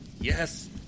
Yes